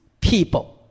people